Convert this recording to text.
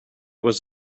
was